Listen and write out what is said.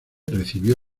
recibió